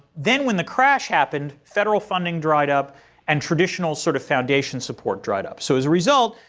then when the crash happened, federal funding dried up and traditional sort of foundation support dried up. so as a result,